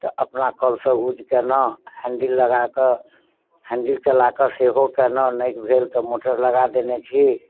तऽ अपना कलसऽ यूज केलहुॅं हैन्डिल लगाकऽ हैन्डिल चलाकऽ सेहो केलहुॅं नहि भेल तऽ मोटर लगा देने छी